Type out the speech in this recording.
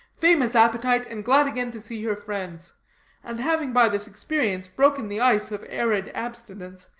famous appetite, and glad again to see her friends and having by this experience broken the ice of arid abstinence,